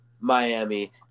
Miami